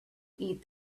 eat